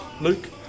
Luke